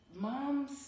Moms